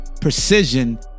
Precision